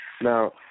Now